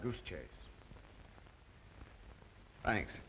goose chase thanks